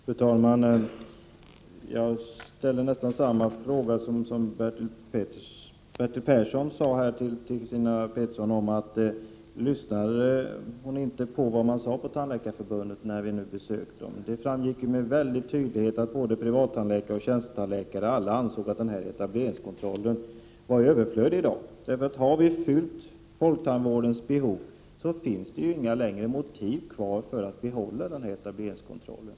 Fru talman! Jag vill till Christina Pettersson ställa nästan samma fråga som 16 november 1989 den hon fick av Bertil Persson: Lyssnade Christina Pettersson inte på vad GA man sade på Tandläkarförbundet när vi gjorde vårt besök där? Det framkom då med stor tydlighet att alla, både privattandläkare och tjänstetandläkare, ansåg att etableringskontrollen i dag är överflödig. Om folktandvårdens behov är uppfyllda finns ju inte längre några motiv att behålla etableringskontrollen.